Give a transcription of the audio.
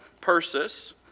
Persis